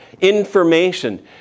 information